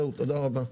תודה רבה.